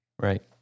Right